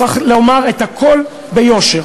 צריך לומר את הכול ביושר.